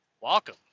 Welcome